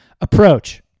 Approach